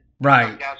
Right